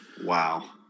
Wow